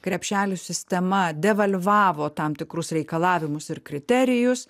krepšelių sistema devalvavo tam tikrus reikalavimus ir kriterijus